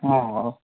ಹ್ಞೂ